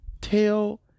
Tell